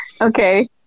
Okay